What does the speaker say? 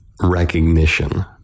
recognition